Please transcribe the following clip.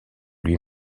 lui